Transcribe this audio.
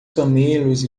camelos